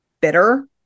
bitter